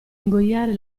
ingoiare